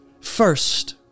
First